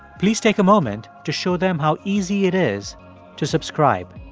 please take a moment to show them how easy it is to subscribe.